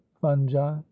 fungi